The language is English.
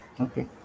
Okay